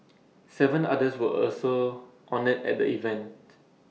Seven others were also honoured at the event